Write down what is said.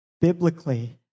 biblically